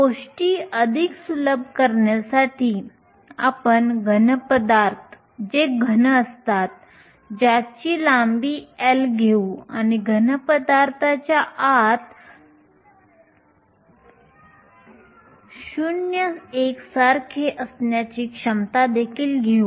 गोष्टी अधिक सुलभ करण्यासाठी आपण घनपदार्थ जे घन असतात ज्याची लांबी L घेऊ आणि घनपदार्थाच्या आत 0 एकसारखे असण्याची क्षमता देखील घेऊ